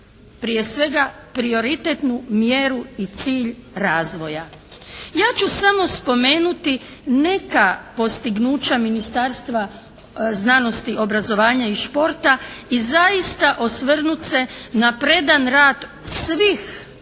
prije svega prioritetnu mjeru i cilj razvoja. Ja ću samo spomenuti neka postignuća Ministarstva znanosti, obrazovanja i športa i zaista osvrnut se na predan rad svih